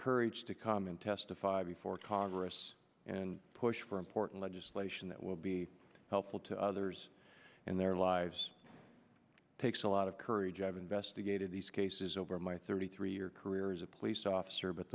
courage to come and testify before congress and push for important legislation that will be helpful to others and their lives takes a lot of courage i've investigated these cases over my thirty three year career as a police officer but